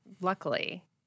luckily